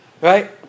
right